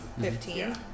Fifteen